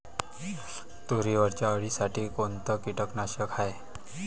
तुरीवरच्या अळीसाठी कोनतं कीटकनाशक हाये?